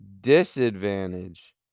disadvantage